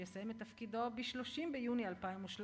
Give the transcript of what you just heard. שהוא יסיים את תפקידו ב-30 ביוני 2013,